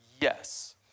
Yes